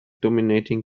dominating